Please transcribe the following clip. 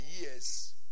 years